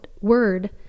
word